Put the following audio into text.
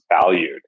valued